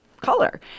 color